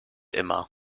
immer